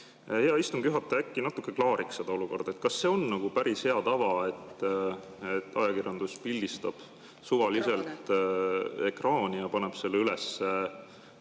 hea istungi juhataja natuke klaariks seda olukorda. Kas see on päris hea tava, et ajakirjandus pildistab suvaliselt ekraani ja paneb selle siis